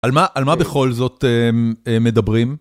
על מה בכל זאת מדברים?